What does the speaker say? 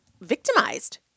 victimized